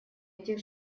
этих